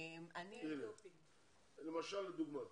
למשל לדוגמה,